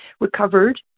recovered